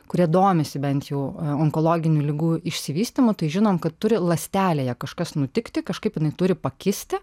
kurie domisi bent jau onkologinių ligų išsivystymu tai žinom kad turi ląstelėje kažkas nutikti kažkaip jinai turi pakisti